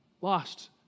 Lost